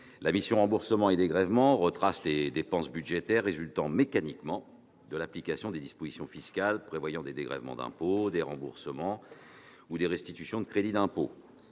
la mission « Remboursements et dégrèvements » retrace les dépenses budgétaires résultant mécaniquement de l'application des dispositions fiscales prévoyant des dégrèvements d'impôts, des remboursements ou des restitutions de crédits d'impôt.